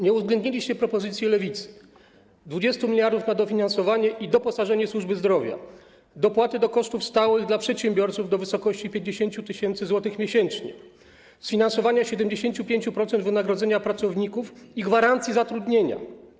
Nie uwzględniliście propozycji Lewicy: 20 mld na dofinansowanie i doposażenie służby zdrowia, dopłaty do kosztów stałych dla przedsiębiorców do wysokości 50 tys. zł miesięcznie, sfinansowania 75% wynagrodzeń pracowników i gwarancji zatrudnienia.